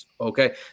okay